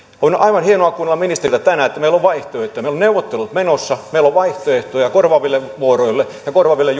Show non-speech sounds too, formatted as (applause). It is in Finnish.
on aivan hienoa kuulla ministeriltä tänään että meillä on vaihtoehtoja meillä on neuvottelut menossa meillä on vaihtoehtoja korvaaville vuoroille ja korvaaville (unintelligible)